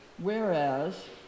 whereas